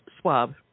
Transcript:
swab